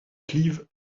clive